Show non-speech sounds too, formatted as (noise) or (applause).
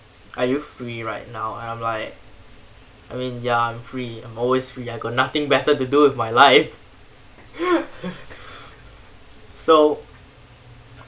are you free right now I'm like I mean ya I'm free I'm always free I got nothing better to do with my life (laughs) so